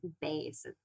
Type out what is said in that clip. base